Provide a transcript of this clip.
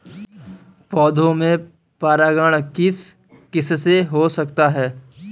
पौधों में परागण किस किससे हो सकता है?